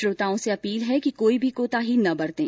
श्रोताओं से अपील है कि कोई भी कोताही न बरतें